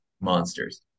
monsters